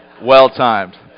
Well-timed